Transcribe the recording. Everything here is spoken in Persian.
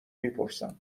میپرسم